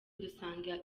dusanga